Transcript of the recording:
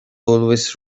always